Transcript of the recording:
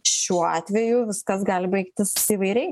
šiuo atveju viskas gali baigtis įvairiai